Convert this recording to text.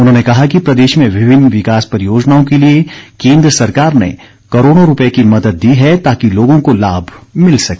उन्होंने कहा कि प्रदेश में विभिन्न विकास परियोजनाओं के लिए केन्द्र सरकार ने करोड़ों रूपये की मदद दी है ताकि लोगों को लाभ मिल सके